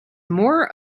more